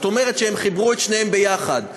זאת אומרת שהם חיברו את שניהם ביחד,